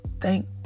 Thank